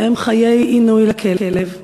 שזה חיי עינוי לכלב,